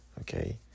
okay